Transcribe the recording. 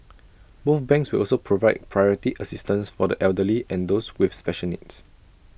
both banks will also provide priority assistance for the elderly and those with special needs